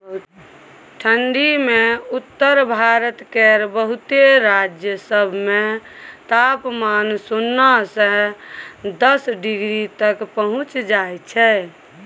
ठंढी मे उत्तर भारत केर बहुते राज्य सब मे तापमान सुन्ना से दस डिग्री तक पहुंच जाइ छै